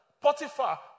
Potiphar